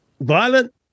violent